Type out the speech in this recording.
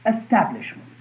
establishment